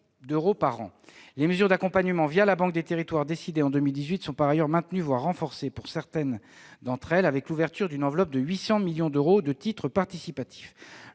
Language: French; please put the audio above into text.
d'euros par an. Les mesures d'accompagnement la Banque des territoires décidées en 2018 sont par ailleurs maintenues, voire renforcées pour certaines d'entre elles, avec l'ouverture d'une enveloppe de 800 millions d'euros de titres participatifs.